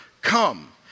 come